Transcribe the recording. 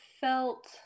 felt